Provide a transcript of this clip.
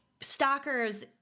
stalkers